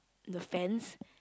the fence